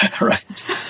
Right